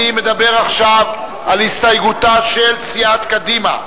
אני מדבר עכשיו על הסתייגותה של סיעת קדימה.